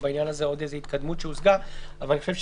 הושגה התקדמות בעניין זה.